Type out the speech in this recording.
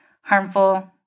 harmful